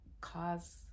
cause